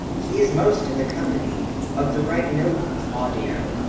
he is most in the company of the right noble claudio.